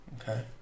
Okay